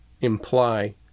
imply